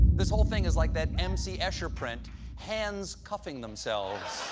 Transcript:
this whole thing is like that m c. escher print hands cuffing themselves.